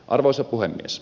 arvoisa puhemies